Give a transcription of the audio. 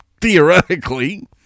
Theoretically